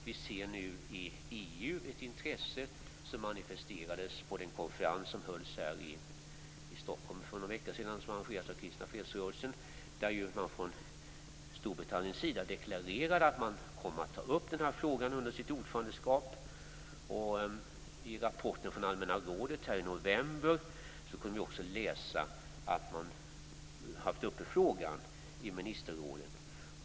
Vi ser inom EU ett intresse som manifesterades på den konferens som arrangerades här i Stockholm för några veckor sedan av Kristna Fredsrörelsen. Från Storbritanniens sida deklarerades att man tänker ta upp frågan under sitt ordförandeskap. I rapporten från Allmänna rådet i november kunde vi läsa att frågan varit uppe i ministerrådet.